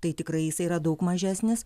tai tikrai jisai yra daug mažesnis